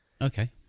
Okay